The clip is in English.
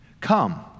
come